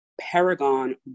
paragon